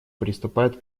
приступает